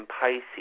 Pisces